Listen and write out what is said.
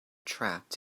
trapped